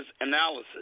analysis